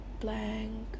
blank